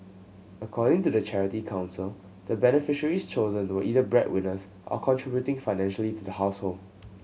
according to the Charity Council the beneficiaries chosen were either bread winners or contributing financially to the household